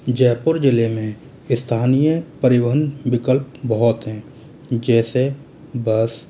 जयपुर जिले में स्थानीय परिवहन विकल्प बहुत हैं जैसे बस